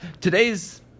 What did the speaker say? Today's